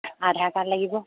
আধাৰ card লাগিব